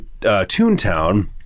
Toontown